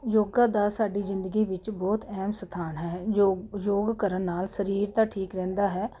ਯੋਗਾ ਦਾ ਸਾਡੀ ਜ਼ਿੰਦਗੀ ਵਿੱਚ ਬਹੁਤ ਅਹਿਮ ਸਥਾਨ ਹੈ ਜੋ ਯੋਗ ਕਰਨ ਨਾਲ ਸਰੀਰ ਤਾਂ ਠੀਕ ਰਹਿੰਦਾ ਹੈ